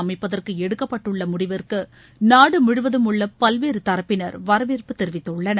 அமைப்பதற்கு எடுக்கப்பட்டுள்ள முடிவிற்கு நாடு முழுவதும் உள்ள பல்வேறு தரப்பினர் வரவேற்பு தெரிவித்துள்ளனர்